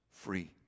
free